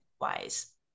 wise